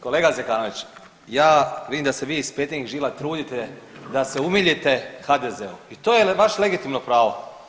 Kolega Zekanović ja vidim da se vi iz petnih žila trudite da se umilite HDZ-u i to je vaše legitimno pravo.